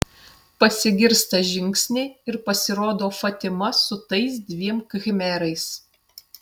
pasigirsta žingsniai ir pasirodo fatima su tais dviem khmerais